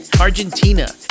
argentina